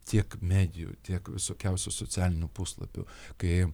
tiek medijų tiek visokiausių socialinių puslapių kai